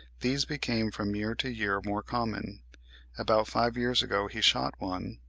these became from year to year more common about five years ago he shot one,